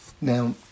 Now